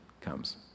comes